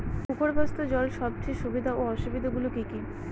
ভূগর্ভস্থ জল সেচের সুবিধা ও অসুবিধা গুলি কি কি?